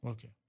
Okay